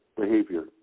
behavior